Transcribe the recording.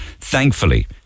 Thankfully